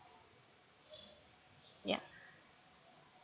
ya